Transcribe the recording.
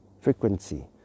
frequency